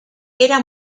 era